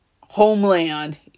Homeland